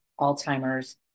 Alzheimer's